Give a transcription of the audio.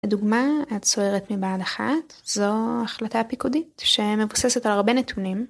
הדוגמה הצוערת מבה"ד 1 זו החלטה הפיקודית שמבוססת על הרבה נתונים.